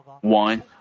one